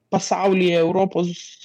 pasaulyje europos